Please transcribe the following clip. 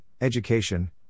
education